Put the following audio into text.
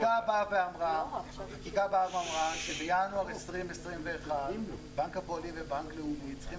החקיקה באה ואמרה שבינואר 2021 בנק הפועלים ובנק לאומי צריכים